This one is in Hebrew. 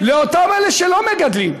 לאותם אלה שלא מגדלים.